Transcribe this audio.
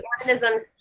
organisms